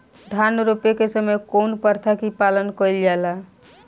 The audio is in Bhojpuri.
धान रोपे के समय कउन प्रथा की पालन कइल जाला?